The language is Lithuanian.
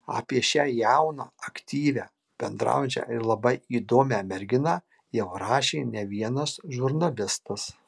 apie šią jauną aktyvią bendraujančią ir labai įdomią merginą jau rašė ne vienas žurnalistas